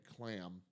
clam